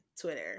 Twitter